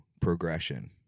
progression